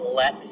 let